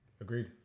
Agreed